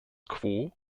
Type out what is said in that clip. quo